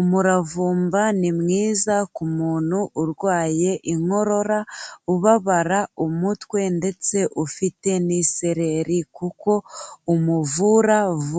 Umuravumba ni mwiza ku muntu urwaye inkorora, ubabara umutwe, ndetse ufite n'isereri, kuko umuvura vuba.